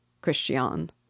Christian